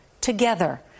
together